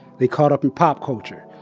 they caught up in pop culture.